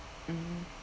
mmhmm